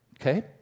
Okay